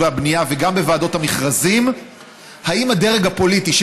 והבנייה וגם בוועדות המכרזים האם הדרג הפוליטי,